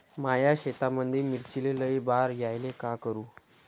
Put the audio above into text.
माया शेतामंदी मिर्चीले लई बार यायले का करू?